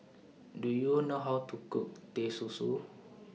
Do YOU know How to Cook Teh Susu